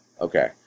okay